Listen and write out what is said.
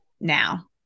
now